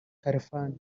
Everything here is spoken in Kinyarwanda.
khalfan